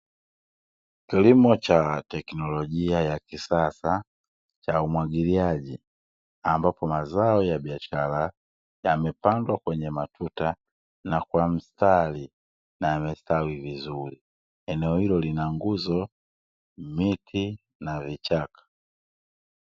Kilimo cha teknolojia ya kisasa cha umwagiliaji, ambapo mazao ya biashara yamepandwa kwenye matuta, na kwa mstari na yamestawi vizuri, eneo hilo lina nguzo, miti, na vichaka.